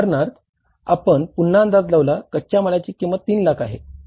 उदाहरणार्थ आपण पुन्हा अंदाज लावला कच्च्या मालाची किंमत 3 लाख आहे